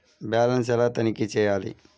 Balance ఎలా తనిఖీ చేయాలి?